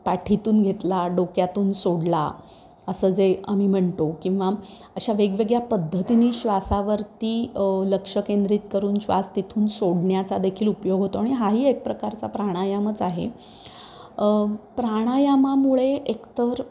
पाठीतून घेतला डोक्यातून सोडला असं जे आम्ही म्हणतो किंवा अशा वेगवेगळ्या पद्धतींनी श्वासावरती लक्ष केंद्रित करून श्वास तिथून सोडण्याचा देखील उपयोग होतो आणि हाही एक प्रकारचा प्राणायामच आहे प्राणायामामुळे एकतर